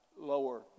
lower